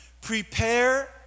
Prepare